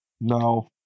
no